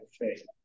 faith